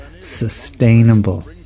sustainable